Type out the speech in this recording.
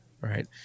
right